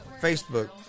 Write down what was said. Facebook